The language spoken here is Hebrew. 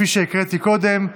שהקראתי קודם.